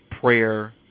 prayer